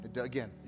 Again